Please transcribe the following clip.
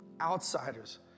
Outsiders